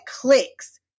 clicks